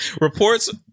Reports